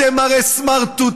אתם הרי סמרטוטים,